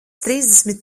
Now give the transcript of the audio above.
trīsdesmit